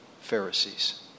Pharisees